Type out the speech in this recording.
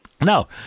Now